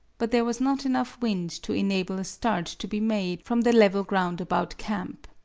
but there was not enough wind to enable a start to be made from the level ground about camp.